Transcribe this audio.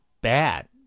bad